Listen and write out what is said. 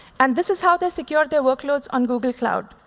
and this is how they secure their workloads on google cloud.